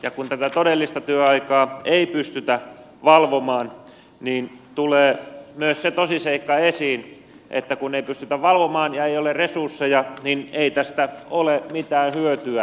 ja kun tätä todellista työaikaa ei pystytä valvomaan eikä ole resursseja niin tulee myös se tosiseikka esiin että kun ei pystytä valvomaan ja ei ole resursseja niin ei tästä laista ole mitään hyötyä